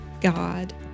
God